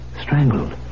Strangled